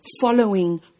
following